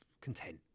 content